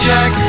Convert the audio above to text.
Jack